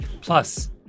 Plus